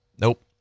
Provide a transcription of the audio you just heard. Nope